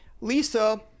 Lisa